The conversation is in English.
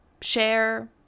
share